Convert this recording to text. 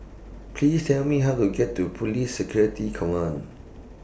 Please Tell Me How to get to Police Security Command